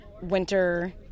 winter